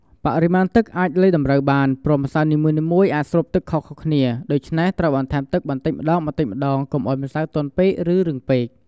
បរិមាណទឹកអាចលៃតម្រូវបាន ព្រោះម្សៅនីមួយៗអាចស្រូបទឹកខុសគ្នា ដូច្នេះត្រូវបន្ថែមទឹកបន្តិចម្តងៗ កុំឲ្យម្សៅទន់ពេក ឬរឹងពេក។